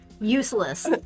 Useless